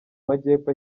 majyepfo